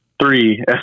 Three